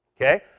okay